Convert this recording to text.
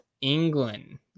England